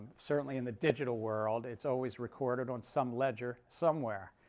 certainly in the digital world it's always recorded on some ledger somewhere.